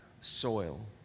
soil